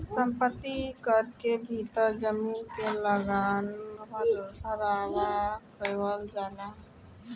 संपत्ति कर के भीतर जमीन के लागान भारवा लेवल जाला